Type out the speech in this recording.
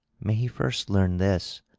may he first learn this,